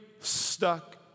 stuck